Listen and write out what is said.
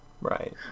Right